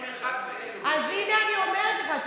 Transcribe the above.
אני אמרתי: אין מרחק בינינו, הינה, אני אומרת לך.